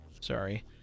Sorry